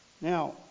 Now